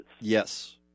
Yes